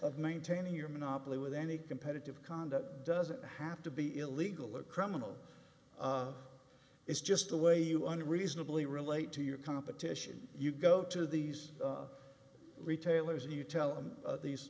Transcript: of maintaining your monopoly with any competitive conduct doesn't have to be illegal or criminal it's just the way you under reasonably relate to your competition you go to these retailers and you tell him these